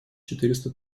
четыреста